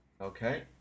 Okay